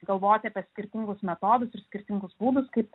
galvoti apie skirtingus metodus ir skirtingus būdus kaip